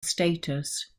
status